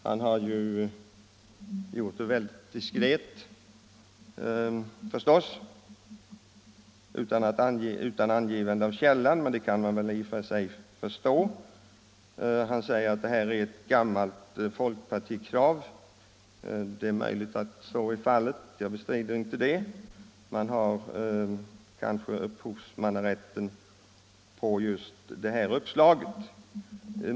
Han har ju gjort det mycket diskret utan angivande av källan, och det kan man i och för sig förstå. Han säger att det här är ett gammalt folkpartikrav. Det är möjligt, det vill jag inte bestrida. Man har kanske upphovsmannarätten till just det här uppslaget.